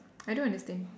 I don't understand